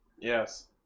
Yes